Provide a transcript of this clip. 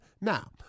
Now